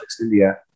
India